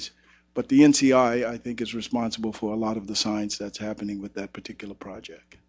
c s but the n c i i think is responsible for a lot of the science that's happening with that particular project